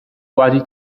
quasi